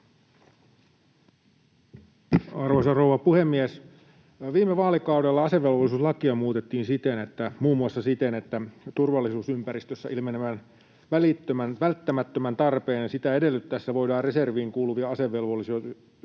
Arvoisa rouva puhemies! Viime vaalikaudella asevelvollisuuslakia muutettiin muun muassa siten, että turvallisuusympäristössä ilmenevän välttämättömän tarpeen sitä edellyttäessä voidaan reserviin kuuluvia asevelvollisia